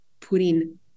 Putin